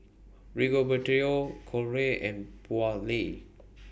Rigoberto Colie and Beaulah